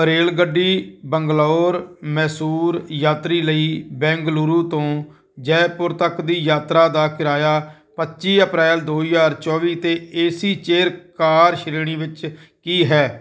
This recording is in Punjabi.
ਰੇਲਗੱਡੀ ਬੰਗਲੌਰ ਮੈਸੂਰ ਯਾਤਰੀ ਲਈ ਬੈਂਗਲੁਰੂ ਤੋਂ ਜੈਪੁਰ ਤੱਕ ਦੀ ਯਾਤਰਾ ਦਾ ਕਿਰਾਇਆ ਪੱਚੀ ਅਪ੍ਰੈਲ ਦੋ ਹਜ਼ਾਰ ਚੌਵੀ ਤੇ ਏ ਸੀ ਚੇਅਰ ਕਾਰ ਸ਼੍ਰੇਣੀ ਵਿੱਚ ਕੀ ਹੈ